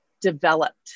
developed